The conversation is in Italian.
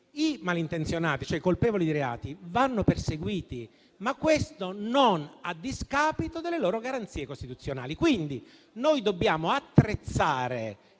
i malintenzionati, cioè i colpevoli di reati, vanno perseguiti, ma non a discapito delle loro garanzie costituzionali. Noi, pertanto, ci dobbiamo attrezzare